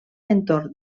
entorn